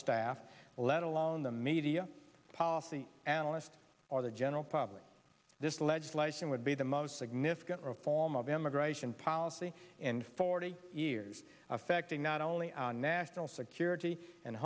staff let alone the media policy analyst or the general public this legislation would be the most significant reform of immigration policy in forty years affecting not only our national security and